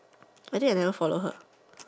I think I never follow her